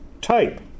type